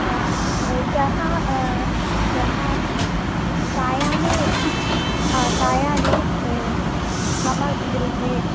सः सः सायाह्ने सायाह्ने मम गृहे